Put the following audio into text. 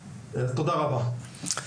טוב, תודה רבה.